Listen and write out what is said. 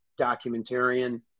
documentarian